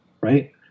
right